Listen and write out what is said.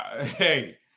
Hey